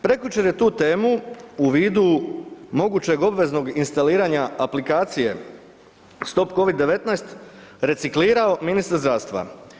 Prekjučer je tu temu u vidu mogućeg obveznog instaliranja aplikacije „Stop Covid-19“ reciklirao ministar zdravstva.